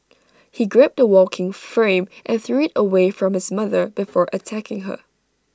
he grabbed the walking frame and threw IT away from his mother before attacking her